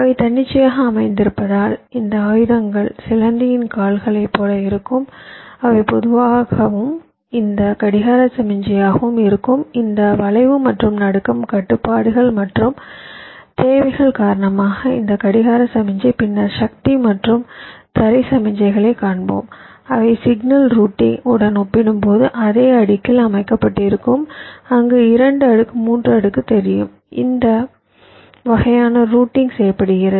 அவை தன்னிச்சையாக அமைந்திருப்பதால் இந்த ஆயுதங்கள் சிலந்தியின் கால்கள் போல இருக்கும் அவை பொதுவாகவும் இந்த கடிகார சமிக்ஞையாகவும் இருக்கும் இந்த வளைவு மற்றும் நடுக்கம் கட்டுப்பாடுகள் மற்றும் தேவைகள் காரணமாக இந்த கடிகார சமிக்ஞை பின்னர் சக்தி மற்றும் தரை சமிக்ஞைகளை காண்போம் அவை சிக்னல் ரூட்டிங் உடன் ஒப்பிடும்போது அதே அடுக்கில் அமைக்கப்பட்டிருக்கும் அங்கு 2 அடுக்கு 3 அடுக்கு தெரியும் இந்த வகையான ரூட்டிங் செய்யப்படுகிறது